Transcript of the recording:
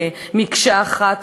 כמקשה אחת,